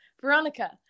Veronica